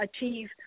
achieve